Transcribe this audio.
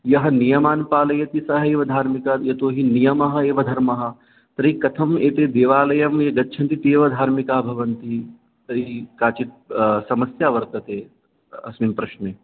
यः नियमान् पालयति स एव धार्मिकः यतोहि नियमः एव धर्मः तर्हि कथं एते देवालयं ये गच्छन्ति ते एव धार्मिकाः भवन्ति तर्हि काचित् समस्या वर्तते अस्मिन् प्रश्ने